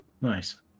Nice